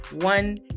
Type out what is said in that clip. one